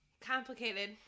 complicated